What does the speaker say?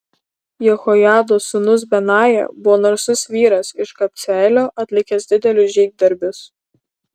jehojados sūnus benaja buvo narsus vyras iš kabceelio atlikęs didelius žygdarbius